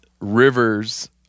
rivers